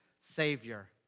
Savior